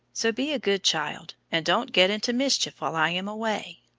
so be a good child and don't get into mischief while i am away.